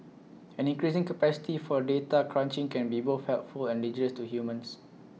an increasing capacity for data crunching can be both helpful and dangerous to humans